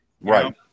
Right